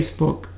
Facebook